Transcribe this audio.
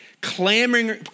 clamoring